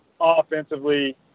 offensively